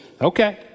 Okay